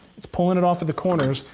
it's pulling it off of the corners.